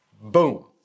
boom